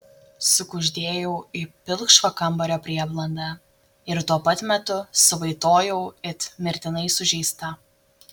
sukuždėjau į pilkšvą kambario prieblandą ir tuo pat metu suvaitojau it mirtinai sužeista